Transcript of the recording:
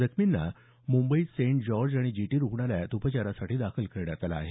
जखमींना मुंबईत saint George आणि जीटी रुग्णालयात उपचारासाठी दाखल करण्यात आलं आहे